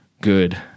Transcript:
good